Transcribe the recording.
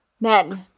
Men